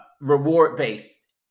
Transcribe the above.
reward-based